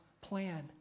plan